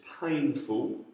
painful